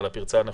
על הפרצה הנכונה?